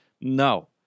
No